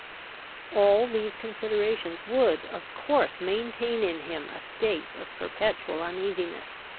all these considerations would of course maintain in him a state of perpetual uneasiness.